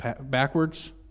Backwards